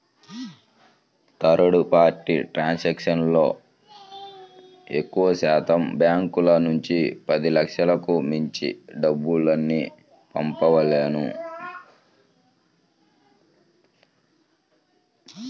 third party ట్రాన్సాక్షన్తో ఎక్కువశాతం బ్యాంకుల నుంచి పదిలక్షలకు మించి డబ్బుల్ని పంపలేము